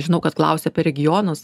žinau kad klausi apie regionus